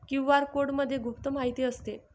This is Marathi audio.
क्यू.आर कोडमध्ये गुप्त माहिती असते